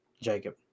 Jacob